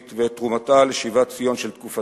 ואת תרומתה לשיבת ציון של תקופתנו.